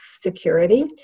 security